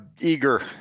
eager